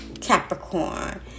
Capricorn